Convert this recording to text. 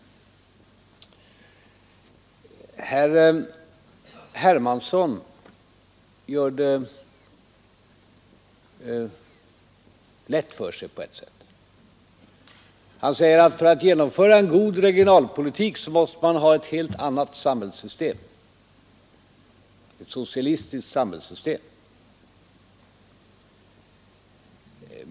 67 Herr Hermansson gör det lätt för sig på ett sätt. Han säger: För att genomföra en god regionalpolitik måste man ha ett helt annat samhällssystem — ett socialistiskt samhällssystem.